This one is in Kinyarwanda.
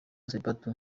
sepetu